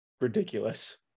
ridiculous